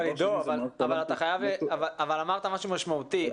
כן, עידו, אבל אמרת משהו משמעותי.